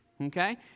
Okay